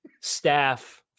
staff